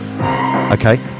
Okay